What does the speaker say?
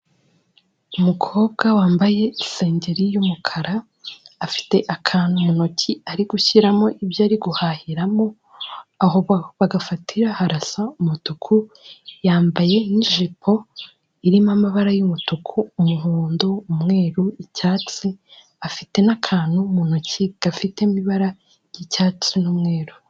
Umukobwa wambaye isengeri y'umukara, afite akantu mu ntoki ari gushyiramo ibyo ari guhahiramo, aho bagafatira harasa umutuku. Yambaye n'ijipo irimo amabara y'umutuku, umuhondo, umweru ,icyatsi afite n'akantu mu ntoki gafitemo ibara ry'icyatsi n'umweru.